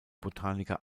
botaniker